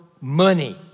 money